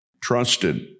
trusted